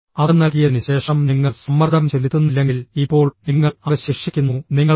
അത് നൽകിയതിന് ശേഷം നിങ്ങൾ സമ്മർദ്ദം ചെലുത്തുന്നില്ലെങ്കിൽ ഇപ്പോൾ നിങ്ങൾ അവശേഷിക്കുന്നു നിങ്ങളല്ല